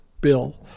bill